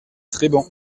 treban